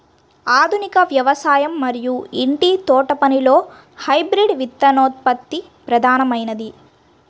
ఆధునిక వ్యవసాయం మరియు ఇంటి తోటపనిలో హైబ్రిడ్ విత్తనోత్పత్తి ప్రధానమైనది